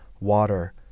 water